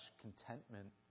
contentment